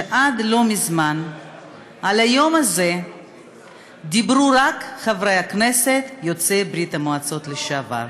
שעד לא מזמן על היום הזה דיברו רק חברי הכנסת יוצאי ברית המועצות לשעבר.